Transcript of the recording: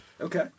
Okay